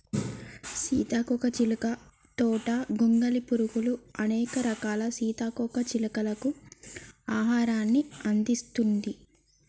సీతాకోక చిలుక తోట గొంగలి పురుగులు, అనేక రకాల సీతాకోక చిలుకలకు ఆహారాన్ని అందిస్తుంది